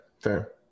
fair